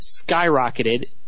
skyrocketed